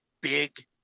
big